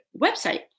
website